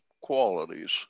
qualities